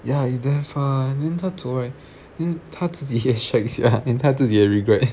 ya is damn far then 她走 right then 她自己也 shag sia then 她自己也 regret